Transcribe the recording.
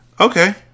Okay